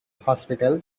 hospital